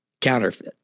counterfeit